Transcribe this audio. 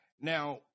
Now